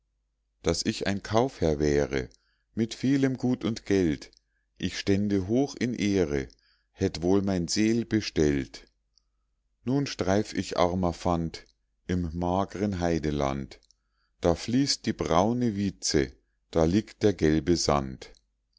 daß ich ein kaufherr wäre mit vielem gut und geld ich stände hoch in ehre hätt wohl mein seel bestellt nun streif ich armer fant im magren heideland da fließt die braune wietze da fliegt der gelbe sand